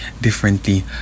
differently